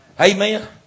Amen